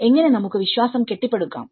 എങ്ങനെ നമുക്ക് വിശ്വാസം കെട്ടിപ്പടുക്കാം